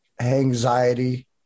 anxiety